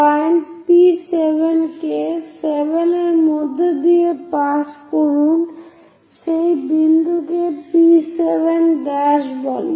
point P7 কে 7 এর মধ্য দিয়ে পাস করুন সেই বিন্দুকে P7' বলে